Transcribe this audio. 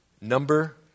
Number